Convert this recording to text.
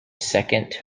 second